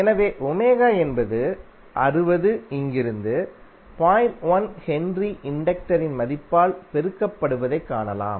எனவே என்பது 60 இங்கிருந்துH இண்டக்டரின் மதிப்பால் பெருக்கப்படுவதைக் காணலாம்